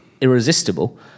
irresistible